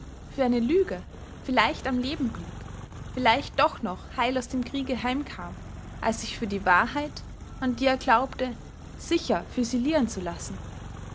für eine lüge vielleicht am leben blieb vielleicht doch noch heil aus dem kriege heim kam als sich für die wahrheit an die er glaubte sicher füsilieren zu lassen